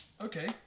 Okay